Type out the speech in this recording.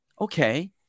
okay